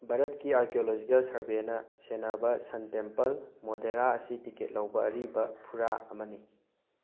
ꯚꯥꯔꯠꯀꯤ ꯑꯥꯔꯀꯤꯑꯣꯂꯣꯖꯤꯀꯦꯜ ꯁꯔꯚꯦꯅ ꯁꯦꯟꯅꯕ ꯁꯟ ꯇꯦꯝꯄꯜ ꯃꯣꯗꯦꯔꯥ ꯑꯁꯤ ꯇꯤꯀꯦꯠ ꯂꯧꯕ ꯑꯔꯤꯕ ꯐꯨꯔꯥ ꯑꯃꯅꯤ